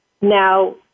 now